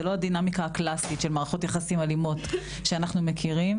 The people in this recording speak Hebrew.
זה לא הדינמיקה הקלסית של מערכות יחסים אלימות שאנחנו מכירים,